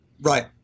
Right